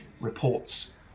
reports